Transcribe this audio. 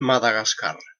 madagascar